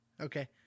Okay